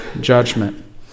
judgment